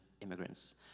immigrants